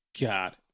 God